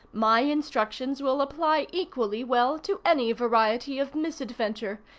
my instructions will apply equally well to any variety of misadventure,